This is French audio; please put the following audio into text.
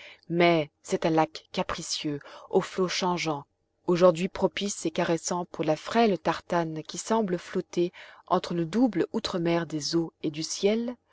mais c'est un lac capricieux aux flots changeants aujourd'hui propice et caressant pour la frêle tartane qui semble flotter entre le double outre mer des eaux et du ciel